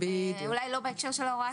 אולי לא בהקשר של הוראת השעה.